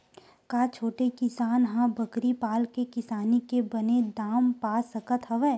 का छोटे किसान ह बकरी पाल के किसानी के बने दाम पा सकत हवय?